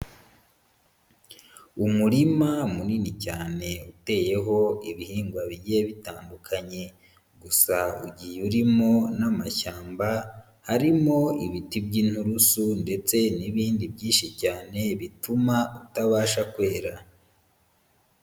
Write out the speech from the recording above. Umurima munini cyane uteyeho ibihingwa bigiye bitandukanye gusa ugiye urimo n'amashyamba, harimo ibiti by'inturusu ndetse n'ibindi byinshi cyane bituma utabasha kwera.